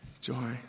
Joy